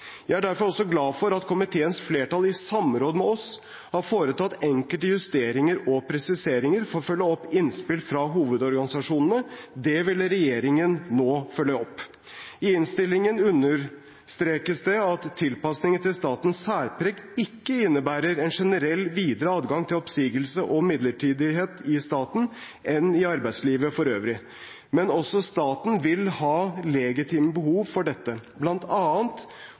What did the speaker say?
Jeg er derfor også glad for at komiteens flertall, i samråd med oss, har foretatt enkelte justeringer og presiseringer for å følge opp innspill fra hovedorganisasjonene. Det vil regjeringen nå følge opp. I innstillingen understrekes det at tilpasningen til statens særpreg ikke innebærer en generell videre adgang til oppsigelse og midlertidighet i staten enn i arbeidslivet for øvrig. Men også staten vil ha legitime behov for dette,